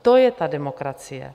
To je ta demokracie.